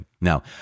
Now